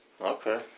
Okay